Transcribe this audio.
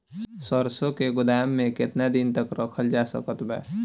सरसों के गोदाम में केतना दिन तक रखल जा सकत बा?